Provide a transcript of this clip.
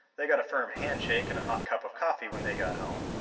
they got a firm handshake and a hot cup of coffee when they got home.